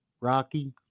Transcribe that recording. Rocky